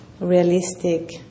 realistic